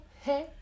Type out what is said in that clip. hey